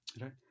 Right